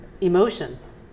emotions